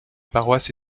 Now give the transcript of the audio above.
paroisse